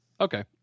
Okay